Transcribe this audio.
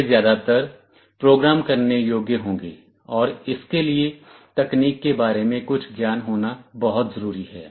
वे ज्यादातर प्रोग्राम करने योग्य होंगे और इसके लिए तकनीक के बारे में कुछ ज्ञान होना बहुत जरूरी है